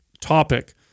topic